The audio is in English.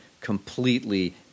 completely